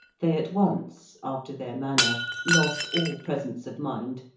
they at once after their manner lost all presence of mind,